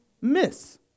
miss